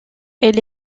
elle